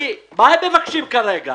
מה הם מבקשים כרגע